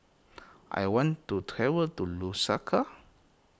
I want to travel to Lusaka